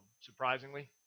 surprisingly